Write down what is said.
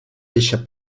deixa